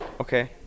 Okay